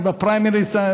אני בפריימריז,